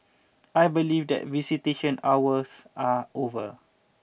I believe that visitation hours are over